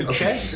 Okay